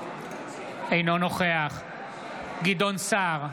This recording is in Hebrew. אינו נוכח גדעון סער,